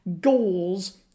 goals